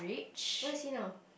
where is he now